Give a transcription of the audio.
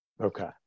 Okay